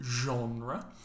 genre